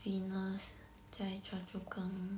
Venus 在 chua chu kang